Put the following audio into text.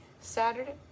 Saturday